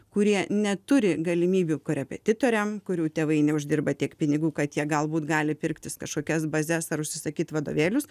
kurie neturi galimybių korepetitoriam kurių tėvai neuždirba tiek pinigų kad jie galbūt gali pirktis kažkokias bazes ar užsisakyt vadovėlius